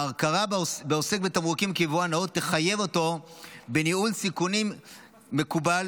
ההכרה בעוסק בתמרוקים כיבואן נאות תחייב אותו בניהול סיכונים מקובל,